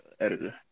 editor